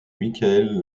michael